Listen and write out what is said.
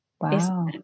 Wow